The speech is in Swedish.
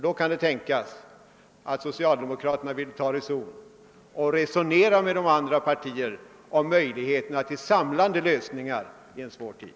Då kan det tänkas att socialdemokraterna kan ta reson och vill överlägga med andra partier om möjligheterna till en samlande lösning i en svår tid.